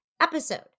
episode